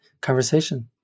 conversation